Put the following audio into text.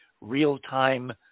real-time